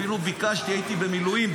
אפילו הייתי במילואים,